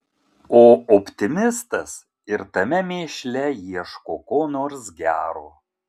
o optimistas ir tame mėšle ieško ko nors gero